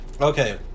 okay